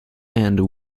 and